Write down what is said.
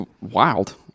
wild